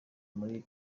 muri